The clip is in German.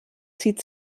zieht